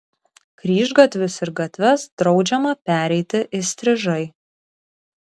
kryžgatvius ir gatves draudžiama pereiti įstrižai